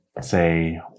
say